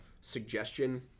suggestion